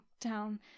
down